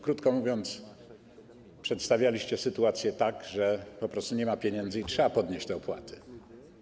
Krótko mówiąc, przedstawialiście sytuację tak, że po prostu nie ma pieniędzy i trzeba podnieść te opłaty.